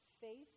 faith